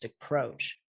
approach